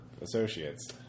associates